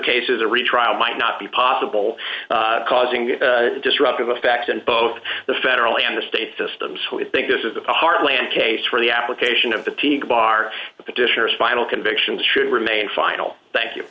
cases a retrial might not be possible causing a disruptive effect in both the federal and the state system so i think this is the heartland case for the application of the teeth bar petitioners final convictions should remain final thank you